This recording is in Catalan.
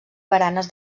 baranes